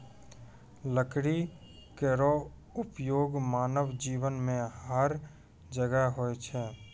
लकड़ी केरो उपयोग मानव जीवन में हर जगह होय छै